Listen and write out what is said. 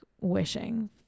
wishing